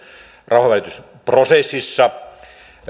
rauhanvälitysprosessissa